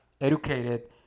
educated